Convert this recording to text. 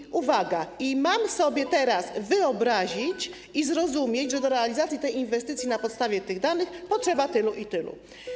I uwaga, mam sobie teraz wyobrazić i zrozumieć, że do realizacji tej inwestycji na podstawie tych danych potrzeba tylu i tylu.